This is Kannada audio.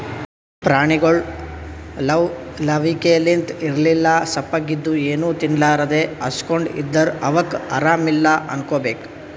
ಪ್ರಾಣಿಗೊಳ್ ಲವ್ ಲವಿಕೆಲಿಂತ್ ಇರ್ಲಿಲ್ಲ ಸಪ್ಪಗ್ ಇದ್ದು ಏನೂ ತಿನ್ಲಾರದೇ ಹಸ್ಕೊಂಡ್ ಇದ್ದರ್ ಅವಕ್ಕ್ ಆರಾಮ್ ಇಲ್ಲಾ ಅನ್ಕೋಬೇಕ್